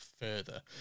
further